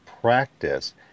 practice